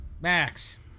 Max